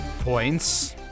points